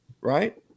right